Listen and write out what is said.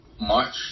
March